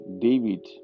david